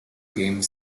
game